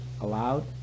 allowed